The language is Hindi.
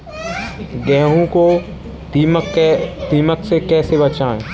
गेहूँ को दीमक से कैसे बचाएँ?